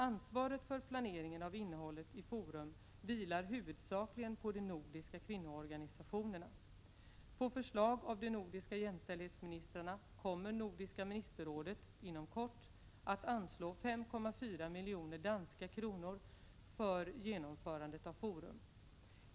Ansvaret för planeringen av innehållet i Forum vilar huvudsakligen på de nordiska kvinnoorganisationerna. På förslag av de nordiska jämställd hetsministrarna kommer Nordiska ministerrådet inom kort att anslå 5,4 miljoner danska kronor för genomförandet av Forum.